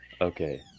Okay